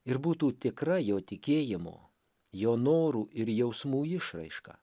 ir būtų tikra jo tikėjimo jo norų ir jausmų išraiška